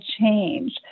change